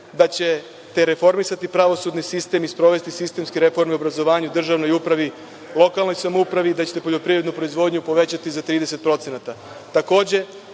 da ćete reformisati pravosudni sistem i sprovesti sistemske reforme u obrazovanju, državnoj upravi, lokalnoj samoupravi, da ćete poljoprivrednu proizvodnju povećati za 30%.Takođe,